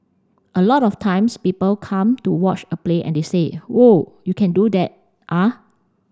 a lot of times people come to watch a play and they say whoa you can do that ah